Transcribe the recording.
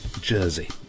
Jersey